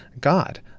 God